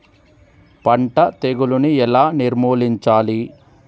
పంట తెగులుని ఎలా నిర్మూలించాలి?